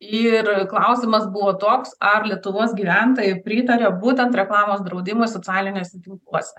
ir klausimas buvo toks ar lietuvos gyventojai pritaria būtent reklamos draudimui socialiniuose tinkluose